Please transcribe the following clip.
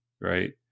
Right